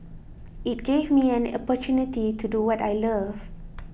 it gave me an opportunity to do what I love